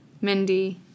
Mindy